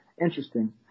interesting